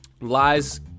lies